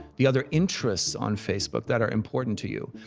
the other interests on facebook that are important to you.